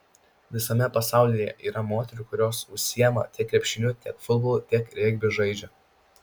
visame pasaulyje yra moterų kurios užsiima tiek krepšiniu tiek futbolu tiek regbį žaidžia